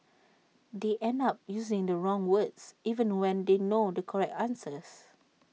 they end up using the wrong words even when they know the correct answer